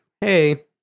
Hey